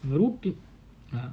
the rupee